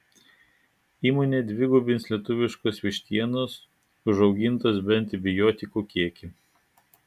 įmonė dvigubins lietuviškos vištienos užaugintos be antibiotikų kiekį